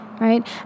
right